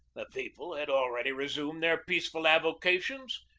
the people had already resumed their peaceful avo cations,